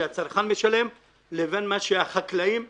שהצרכן משלם, ובין מה שהחקלאים מקבלים.